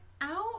out